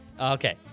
Okay